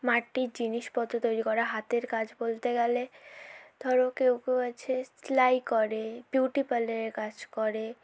মাটির জিনিসপত্র তৈরি করা হাতের কাজ বলতে গেলে ধরো কেউ কেউ আছে সেলাই করে বিউটি পার্লারের কাজ করে